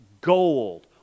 Gold